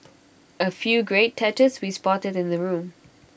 A few great touches we spotted in the room